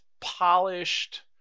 polished